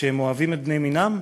שהם אוהבים את בני מינם?